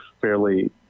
fairly